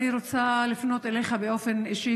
אני רוצה לפנות אליך באופן אישי,